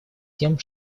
тем